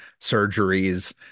surgeries